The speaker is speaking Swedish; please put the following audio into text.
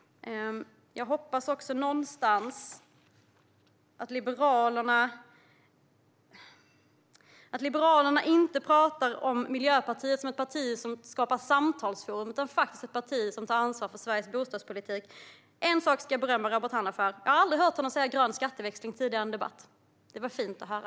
Jag hoppas också att Liberalerna inte talar om Miljöpartiet som ett parti som skapar samtalsforum utan som ett parti som faktiskt tar ansvar för Sveriges bostadspolitik. En sak ska jag berömma Robert Hannah för: Jag har aldrig tidigare hört honom säga "grön skatteväxling" i en debatt. Det var fint att höra.